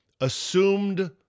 assumed